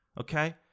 okay